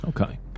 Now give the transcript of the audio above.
Okay